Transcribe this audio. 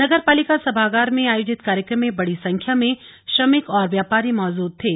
नगर पालिका सभागार में आयोजित कार्यक्रम में बड़ी संख्या में श्रमिक और व्यापारी मौजूद थे